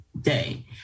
day